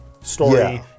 story